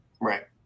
right